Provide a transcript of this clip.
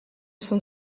esan